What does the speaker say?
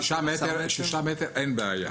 בשישה מטר אין בעיה.